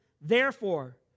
Therefore